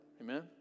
Amen